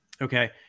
Okay